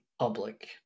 public